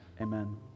amen